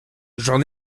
j’en